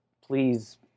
please